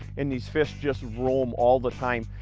and these fish just roam all the time.